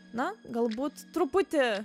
na galbūt truputį